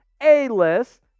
A-list